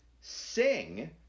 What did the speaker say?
sing